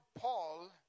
Paul